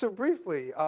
so briefly,